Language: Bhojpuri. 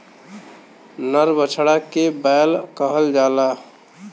नर बछड़ा के बैल कहल जाला